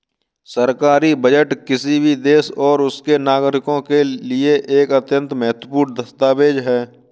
सरकारी बजट किसी भी देश और उसके नागरिकों के लिए एक अत्यंत महत्वपूर्ण दस्तावेज है